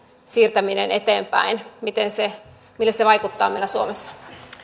siirtäminen eteenpäin miltä se vaikuttaa meillä suomessa